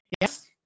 Yes